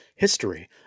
History